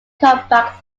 comeback